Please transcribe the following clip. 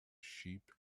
sheep